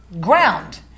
ground